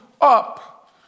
up